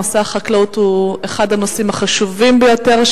נושא החקלאות הוא אחד הנושאים החשובים ביותר,